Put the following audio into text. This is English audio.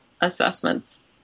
assessments